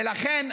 ולכן,